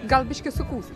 gal biškį sukūsit